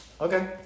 Okay